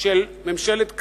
של ממשלת קדימה,